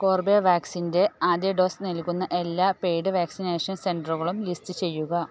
കോർബെവാക്സിൻ്റെ ആദ്യ ഡോസ് നൽകുന്ന എല്ലാ പെയ്ഡ് വാക്സിനേഷൻ സെന്ട്രുകളും ലിസ്റ്റ് ചെയ്യുക